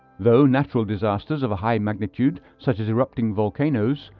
though natural disasters of a high magnitude such as erupting volcanoes,